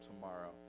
tomorrow